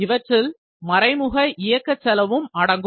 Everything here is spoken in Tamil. இவற்றில் மறைமுக இயக்கச் செலவும் அடங்கும்